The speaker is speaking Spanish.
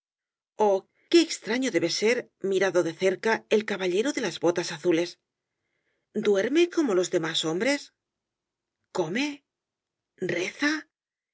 qué extraño debe ser mirado de cerca el caballero de las botas azules duerme como los demás hombres come reza